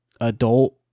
adult